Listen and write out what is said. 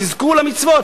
תזכו למצוות,